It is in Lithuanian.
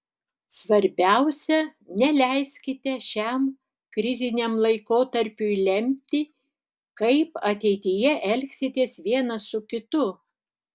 svarbiausia neleiskite šiam kriziniam laikotarpiui lemti kaip ateityje elgsitės vienas su kitu